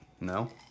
No